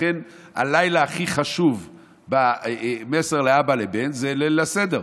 לכן הלילה הכי חשוב במסר של מאבא לבן זה ליל הסדר,